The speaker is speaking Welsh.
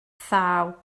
thaw